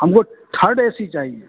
ہم کو third A C چاہیے